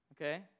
Okay